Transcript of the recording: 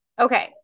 okay